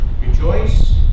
Rejoice